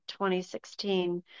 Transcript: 2016